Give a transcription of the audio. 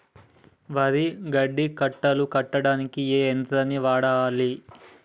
వరి గడ్డి కట్టలు కట్టడానికి ఏ యంత్రాన్ని వాడాలే?